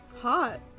Hot